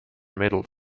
middle